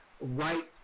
right